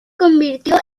convirtió